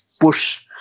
push